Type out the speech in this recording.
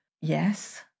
yes